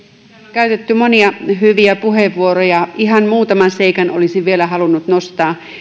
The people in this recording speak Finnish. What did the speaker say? käytetty monia hyviä puheenvuoroja ihan muutaman seikan olisin vielä halunnut nostaa